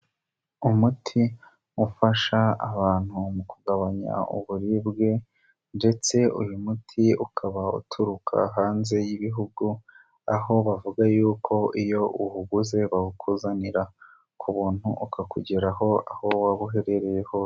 Umuti ufasha abantu mu kugabanya uburibwe ndetse uyu muti ukaba uturuka hanze y'ibihugu, aho bavuga yuko iyo uwuguze bawukuzanira ku buntu ukakugeraho, aho waba uherereye hose.